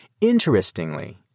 Interestingly